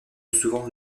souvent